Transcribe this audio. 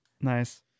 Nice